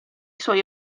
suoi